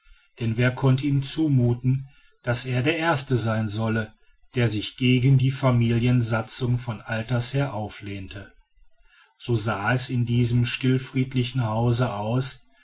denn wer konnte ihm zumuthen daß er der erste sein solle der sich gegen die familiensatzungen von alters her auflehnte so sah es in diesem stillfriedlichen hause aus